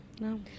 No